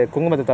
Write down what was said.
oh